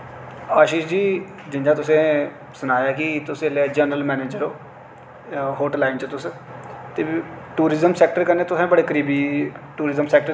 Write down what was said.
आशीष जी जि'यां तुसें सनाया के तुस इसलै जरनल मनेजर ओ होटल लाइन च तुस टूरियंम सेक्टर कने तुस बडे करीबी टूरियंम सेक्टर च रेह दे हो